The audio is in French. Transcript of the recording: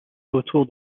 autour